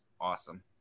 awesome